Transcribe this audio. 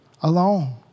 alone